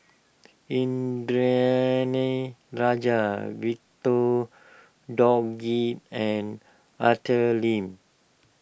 Indranee Rajah Victor Doggett and Arthur Lim